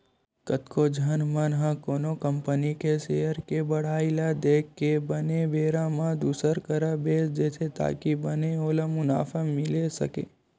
कतको झन मन ह कोनो कंपनी के सेयर के बड़हई ल देख के बने बेरा म दुसर करा बेंच देथे ताकि बने ओला मुनाफा मिले सकय